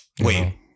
Wait